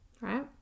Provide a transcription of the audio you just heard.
right